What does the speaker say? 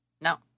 no